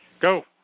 Go